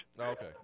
Okay